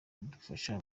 kudufasha